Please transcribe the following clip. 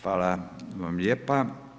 Hvala vam lijepa.